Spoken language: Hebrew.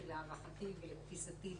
כי להערכתי ולתפיסתי,